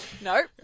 Nope